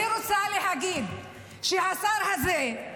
אני רוצה להגיד שהשר הזה,